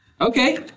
Okay